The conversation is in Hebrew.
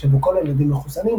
שבו כל הילדים מחוסנים,